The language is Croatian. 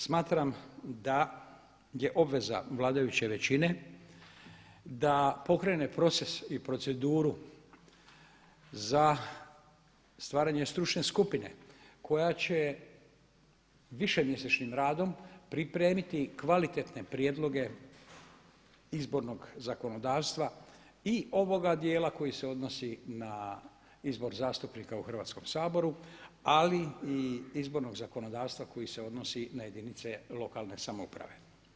Smatram da je obveza vladajuće većine da pokrene proces i proceduru za stvaranje stručne skupine koja će višemjesečnim radom pripremiti kvalitetne prijedloge izbornog zakonodavstva i ovoga dijela koji se odnosi na izbor zastupnika u Hrvatskom saboru, ali i izbornog zakonodavstva koji se odnosi na jedinice lokalne samouprave.